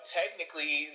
technically